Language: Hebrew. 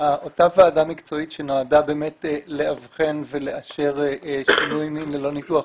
אותה ועדה מקצועית שנועדה באמת לאבחן ולאשר שינוי מין ללא ניתוח,